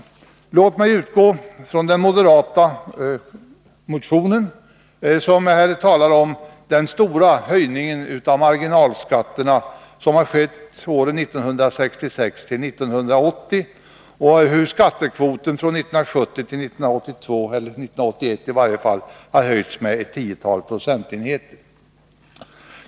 Jag skall — ooo utgå från den moderata motionen där det talas om den stora höjning av Reformerad marginalskatterna som har skett åren 1966-1980 och om hur skattekvoten inkomstfrån 1970 till 1981 har höjts med ett tiotal procentenheter.